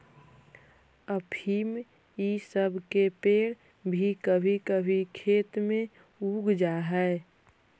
अफीम इ सब के पेड़ भी कभी कभी खेत में उग जा हई